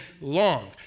long